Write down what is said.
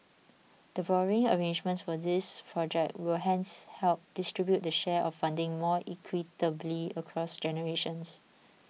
the borrowing arrangements for these project will hence help distribute the share of funding more equitably across generations